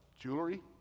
jewelry